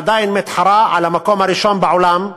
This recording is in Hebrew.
עדיין מתחרה על המקום הראשון בעולם,